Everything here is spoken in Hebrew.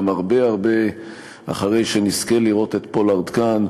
הרבה אחרי שנזכה לראות את פולארד כאן.